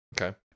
okay